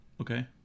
Okay